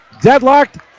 deadlocked